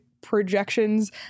projections